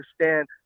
understand